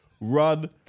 run